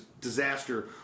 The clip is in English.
Disaster